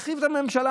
הרחיב את הממשלה.